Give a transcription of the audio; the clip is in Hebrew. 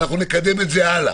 ואנחנו נקדם את זה הלאה.